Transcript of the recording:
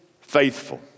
faithful